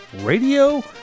Radio